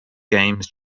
games